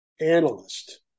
analyst